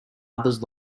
others